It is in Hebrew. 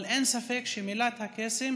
אבל אין ספק שמילת הקסם,